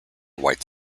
white